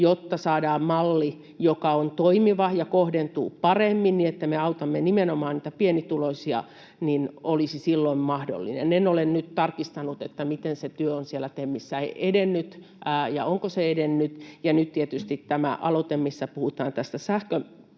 että saadaan malli, joka on toimiva ja kohdentuu paremmin niin, että me autamme nimenomaan niitä pienituloisia. En ole nyt tarkistanut, miten työ on siellä TEMissä edennyt ja onko se edennyt. Nyt tietysti mitä tulee tähän aloitteeseen, missä puhutaan sähkön